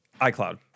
iCloud